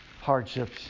hardships